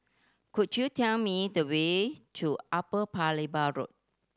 could you tell me the way to Upper Paya Lebar Road